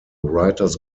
writers